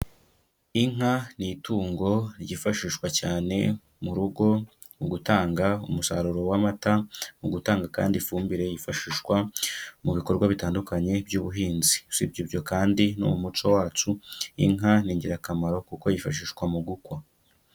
Inka ni itungo ryifashishwa cyane mu rugo mu gutanga umusaruro w'amata, mu gutanga kandi ifumbire yifashishwa mu bikorwa bitandukanye by'ubuhinzi. Usibye ibyo kandi ni umuco wacu, inka ni ingirakamaro kuko yifashishwa mu gukwa.